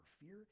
fear